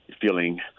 feeling